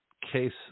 case